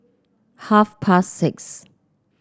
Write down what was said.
half past six